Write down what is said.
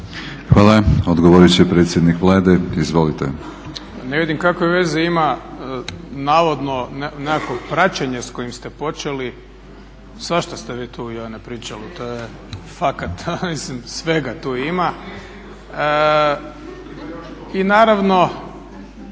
Hvala. Odgovorit će predsjednik Vlade. Izvolite.